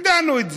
ידענו את זה.